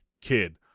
kid